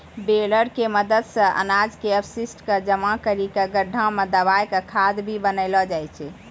baler के मदद सॅ अनाज के अपशिष्ट क जमा करी कॅ गड्ढा मॅ दबाय क खाद भी बनैलो जाय छै